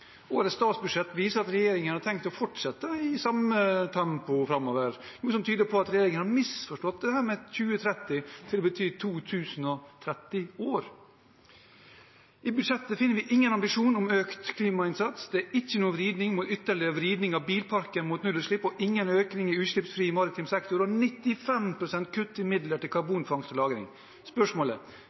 Årets statsbudsjett viser at regjeringen har tenkt å fortsette i samme tempo framover, noe som tyder på at regjeringen har misforstått dette med 2030 til å bety 2 030 år. I budsjettet finner vi ingen ambisjon om økt klimainnsats. Det er ikke noen ytterligere vridning av bilparken mot nullutslipp, ingen økning for utslippsfri maritim sektor, og 95 pst. kutt i midler til karbonfangst og -lagring. Spørsmålet